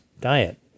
diet